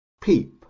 peep